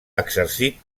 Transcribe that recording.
exercit